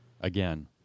Again